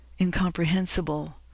incomprehensible